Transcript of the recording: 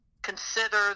consider